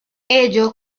ello